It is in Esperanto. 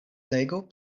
legu